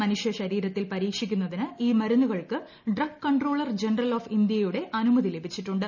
മനുഷ്യ ശരീരത്തിൽ പരീക്ഷിക്കുന്നതിന് ഈ മരുന്നുകൾക്ക് ഡ്രഗ് കൺട്രോളർ ജനറൽ ഓഫ് ഇന്ത്യയുടെ അനുമതി ലഭിച്ചിട്ടുണ്ട്